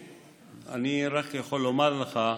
ואני רק יכול לומר לך,